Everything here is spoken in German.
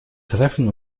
treffen